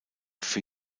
für